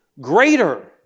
greater